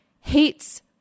hates